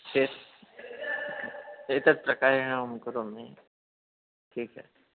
चेत् एतत् प्रकारेण अहं करोमि टीका